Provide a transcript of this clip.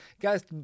guys